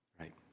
Right